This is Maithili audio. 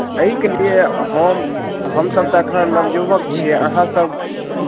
एहिके लिए हम हमसब तऽ एखन नवयुवक छियै अहाँ सब